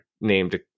named